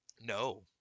No